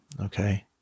okay